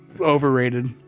Overrated